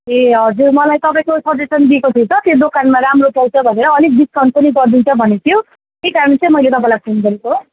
ए हजुर मलाई तपाईँको सजेसन दिएको थियो त त्यो दोकानमा राम्रो पाउँछ भनेर अलिक डिस्काउन्ट पनि गरिदिन्छ भनेको थियो त्यही कारण चाहिँ मैले तपाईँलाई फोन गरेको